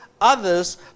others